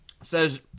says